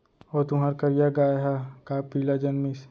ओ तुंहर करिया गाय ह का पिला जनमिस?